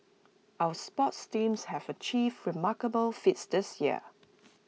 our sports teams have achieved remarkable feats this year